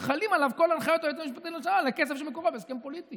וחלות עליו כל הנחיות היועץ המשפטי לממשלה לכסף שמקורו בהסכם פוליטי.